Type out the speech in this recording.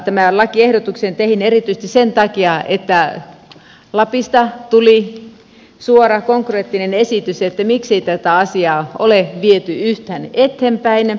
tämän lakiehdotuksen tein erityisesti sen takia että lapista tuli suora konkreettinen esitys että miksei tätä esitystä ole viety yhtään eteenpäin